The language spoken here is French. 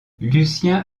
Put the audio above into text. lucien